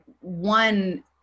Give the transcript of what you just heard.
one